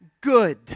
good